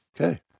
Okay